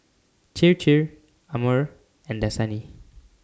Chir Chir Amore and Dasani